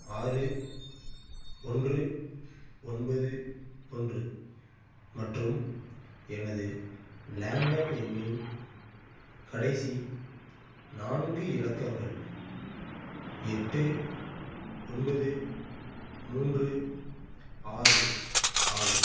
ஆறு ஒன்று ஒன்பது ஒன்று மற்றும் எனது லேண்ட்லைன் எண்ணின் கடைசி நான்கு இலக்கங்கள் எட்டு ஒன்பது மூன்று ஆறு ஆகும்